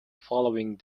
following